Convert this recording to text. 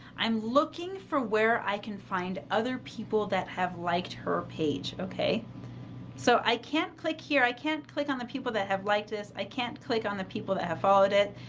i'm looking for where i can find other people that have liked her page okay so i can't click here, i can't click on the people that have liked this i can't click on the people that have followed it.